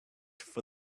for